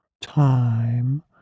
time